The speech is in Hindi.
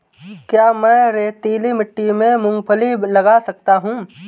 क्या मैं रेतीली मिट्टी में मूँगफली लगा सकता हूँ?